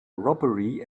robbery